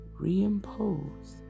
reimpose